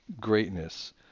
greatness